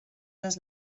les